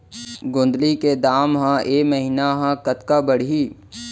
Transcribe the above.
गोंदली के दाम ह ऐ महीना ह कतका बढ़ही?